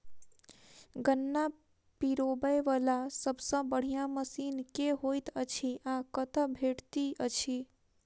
गन्ना पिरोबै वला सबसँ बढ़िया मशीन केँ होइत अछि आ कतह भेटति अछि?